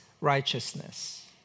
righteousness